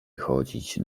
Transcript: chodzić